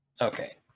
Okay